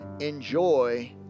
Enjoy